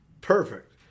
Perfect